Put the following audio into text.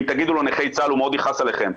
אם תגידו לו "נכי צה"ל" הוא מאוד יכעס עליכם,